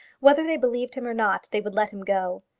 whether they believed him or not, they would let him go.